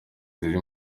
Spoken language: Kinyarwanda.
ziri